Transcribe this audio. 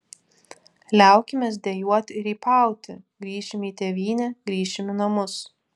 liaukimės dejuot ir rypauti grįšim į tėvynę grįšim į namus